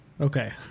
Okay